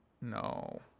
No